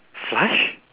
flush